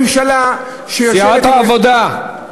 ממשלה, סיעת העבודה.